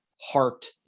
heart